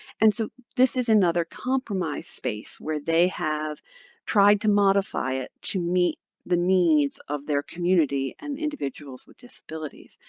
and so this is another compromise space where they have tried to modify it to meet the needs of their community and individuals with disabilities.